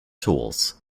tools